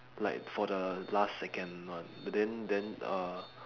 like for the last second one but then then uh